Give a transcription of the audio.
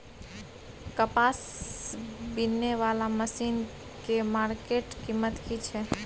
कपास बीनने वाला मसीन के मार्केट कीमत की छै?